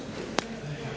Hvala